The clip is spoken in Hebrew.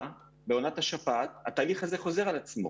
בעונת השפעת התהליך הזה חוזר על עצמו.